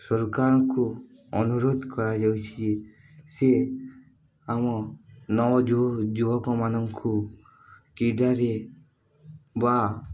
ସରକାରଙ୍କୁ ଅନୁରୋଧ କରାଯାଉଛି ସେ ଆମ ନଅ ଯୁବକମାନଙ୍କୁ କ୍ରୀଡ଼ାରେ ବା